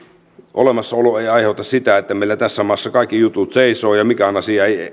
olemassaolo ei aiheuta sitä että meillä tässä maassa kaikki jutut seisovat ja mikään asia ei ei